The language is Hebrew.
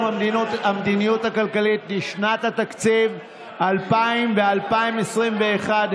המדיניות הכלכלית לשנות התקציב 2021 ו-2022),